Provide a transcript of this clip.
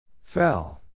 fell